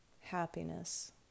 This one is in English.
happiness